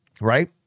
right